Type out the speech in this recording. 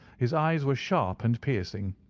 his eyes were sharp and piercing,